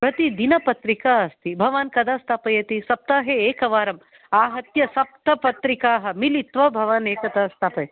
प्रतिदिनपत्रिका अस्ति भवान् कदा स्थापयति सप्ताहे एकवारम् आहत्य सप्तपत्रिका मिलित्वा भवान् एकदा स्थापयति